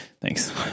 Thanks